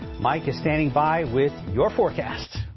mike is standing by with your forecast.